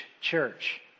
church